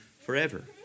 forever